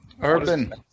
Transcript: Urban